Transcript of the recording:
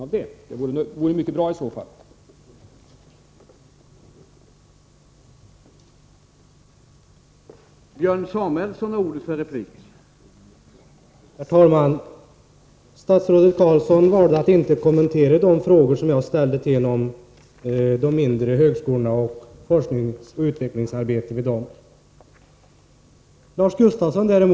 Vad är Lars Gustafssons bedömning av det?